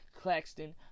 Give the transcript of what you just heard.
Claxton